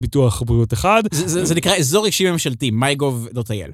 ביטוח בריאות אחד זה נקרא אזור אישי ממשלתי mygov.il.